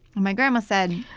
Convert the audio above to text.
my grandma said,